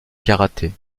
karaté